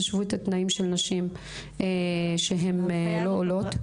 תשוו את התנאים של נשים שהן לא עולות.